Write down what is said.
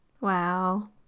Wow